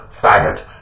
faggot